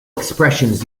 expressions